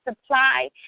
supply